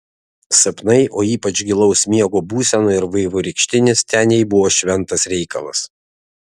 sapnai o ypač gilaus miego būsena ir vaivorykštinis ten jai buvo šventas reikalas